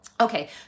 Okay